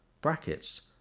Brackets